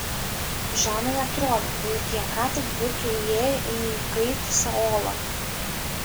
žanai atrodė lyg jie ką tik būtų įėję į įkaitusią olą